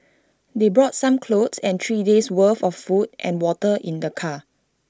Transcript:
they brought some clothes and three days' worth of food and water in their car